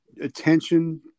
attention